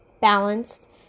balanced